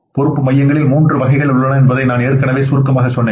பொறுப்பு மையங்களில் மூன்று வகைகள் உள்ளன என்பதை நான் ஏற்கனவே சுருக்கமாக சொன்னேன்